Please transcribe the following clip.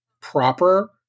proper